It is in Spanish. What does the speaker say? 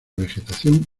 vegetación